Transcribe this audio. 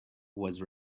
was